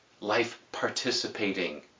life-participating